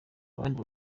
abandi